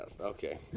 okay